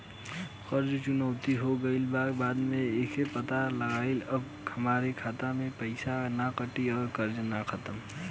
कर्जा चुकौती हो गइला के बाद कइसे पता लागी की अब हमरा खाता से पईसा ना कटी और कर्जा खत्म?